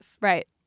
Right